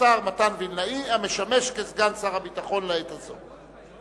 השר מתן וילנאי, המשמש סגן שר הביטחון לעת הזאת.